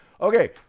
Okay